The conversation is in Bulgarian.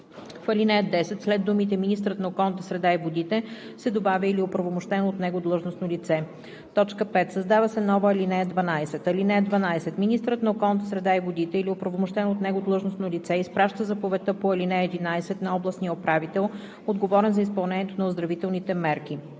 В ал. 10 след думите „министърът на околната среда и водите“ се добавя „или оправомощено от него длъжностно лице“. 5. Създава се нова ал. 12: „(12) Министърът на околната среда и водите или оправомощено от него длъжностно лице изпраща заповедта по ал. 11 на областния управител, отговорен за изпълнението на оздравителните мерки.“